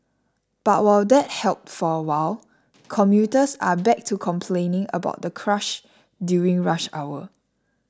but while that helped for a while commuters are back to complaining about the crush during rush hour